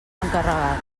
encarregat